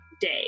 day